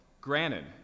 granted